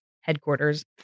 headquarters